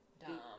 dumb